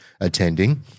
attending